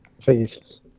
Please